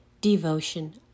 devotion